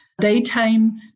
daytime